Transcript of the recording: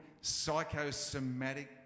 psychosomatic